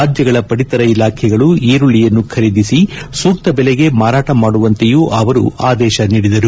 ರಾಜ್ಯಗಳ ಪಡಿತರ ಇಲಾಖೆಗಳು ಈರುಳ್ಳಿಯನ್ನು ಖರೀದಿಸಿ ಸೂಕ್ತ ಬೆಲೆಗೆ ಮಾರಾಟ ಮಾಡುವಂತೆಯೂ ಅವರು ಆದೇಶ ನೀಡಿದರು